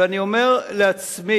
ואני אומר לעצמי: